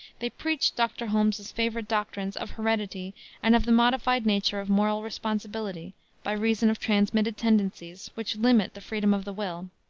they preached dr. holmes's favorite doctrines of heredity and of the modified nature of moral responsibility by reason of transmitted tendencies which limit the freedom of the will.